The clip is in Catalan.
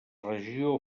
regió